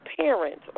parents